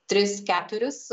tris keturis